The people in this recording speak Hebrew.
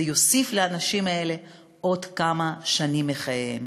זה יוסיף לאנשים האלה עוד כמה שנים בחייהם.